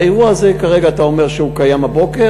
האירוע הזה, כרגע אתה אומר שהוא קרה הבוקר.